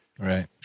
Right